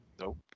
Nope